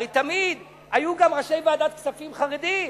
הרי תמיד היו גם ראשי ועדת כספים חרדים.